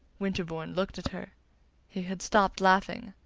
winterbourne looked at her he had stopped laughing.